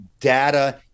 data